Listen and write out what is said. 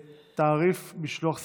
תעריף משלוח ספרים,